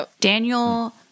Daniel